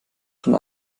schon